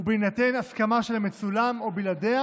ובהינתן הסכמה של המצולם או בלעדיה